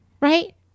right